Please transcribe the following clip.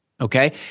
Okay